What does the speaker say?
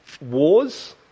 wars